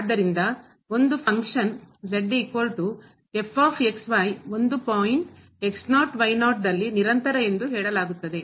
ಆದ್ದರಿಂದಒಂದು function ಕಾರ್ಯವು ಒಂದು point ದಲ್ಲಿ ನಿರಂತರ ಎಂದು ಹೇಳಲಾಗುತ್ತದೆ